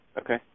Okay